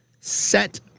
set